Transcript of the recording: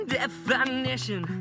Definition